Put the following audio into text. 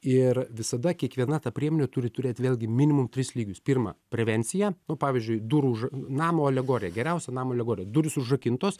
ir visada kiekviena ta priemonė turi turėt vėlgi minimum tris lygius pirma prevenciją pavyzdžiui durų už namo alegorija geriausia namo alegorija durys užrakintos